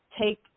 take